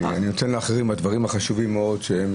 אני נותן לאחרים בדברים החשובים מאוד שהם יתעסקו בזה.